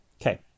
Okay